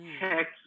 heck